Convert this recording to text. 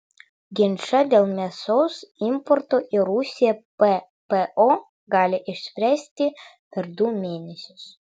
ginčą dėl mėsos importo į rusiją ppo gali išspręsti per du mėnesius